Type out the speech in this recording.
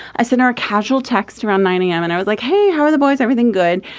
i sent her casual text around nine a m. and i was like, hey, how are the boys? everything good?